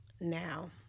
now